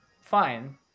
fine